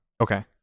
okay